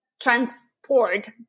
transport